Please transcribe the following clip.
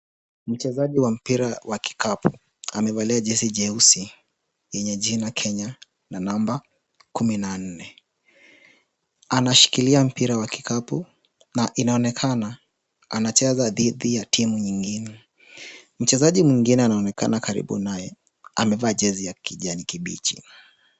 Mchezaji wa mpira wa kikapu amevalia jezi nyeusi yenye jina Kenya na namba kumi na nne. Anashikilia mpira wa kikapu na inaonekana anacheza dhidi ya timu nyingine. Mchezaji mwingine anaonekana karibu naye. Amevaa jezi ya kijani kibichi.